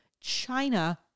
China